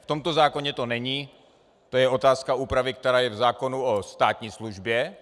V tomto zákonu to není, to je otázka úpravy, která je v zákonu o státní službě.